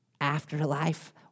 Afterlife